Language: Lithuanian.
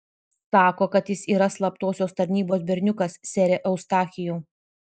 sako kad jis yra slaptosios tarnybos berniukas sere eustachijau